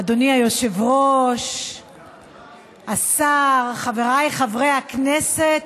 אדוני היושב-ראש, השר, חבריי חברי הכנסת,